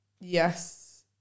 Yes